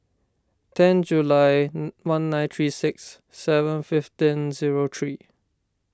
ten July one nine three six seven fifteen zero three